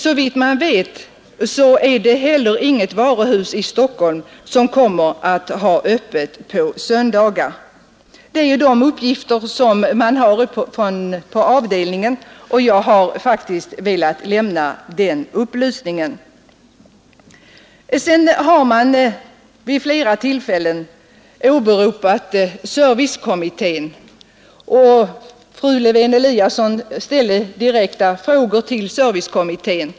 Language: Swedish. Såvitt man vet är det heller inget varuhus i Stockholm som kommer att ha öppet på söndagarna. Jag har velat lämna kammaren dessa uppgifter. Man har här vid flera tillfällen åberopat servicekommittén. Fru Lewén-Eliasson ställde direkta frågor till servicekommittén.